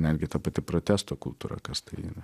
netgi ta pati protesto kultūra kas tai yra